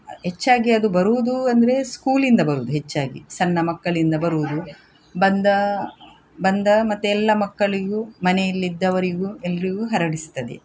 ಹೆಚ್ಚಾಗಿ ಅದು ಬರುವುದು ಅಂದರೆ ಸ್ಕೂಲಿಂದ ಬರುವುದು ಹೆಚ್ಚಾಗಿ ಸಣ್ಣ ಮಕ್ಕಳಿಂದ ಬರುವುದು ಬಂದು ಬಂದು ಮತ್ತೆ ಎಲ್ಲ ಮಕ್ಕಳಿಗೂ ಮನೆಯಲ್ಲಿದ್ದವರಿಗೂ ಎಲ್ಲರಿಗೂ ಹರಡಿಸ್ತದೆ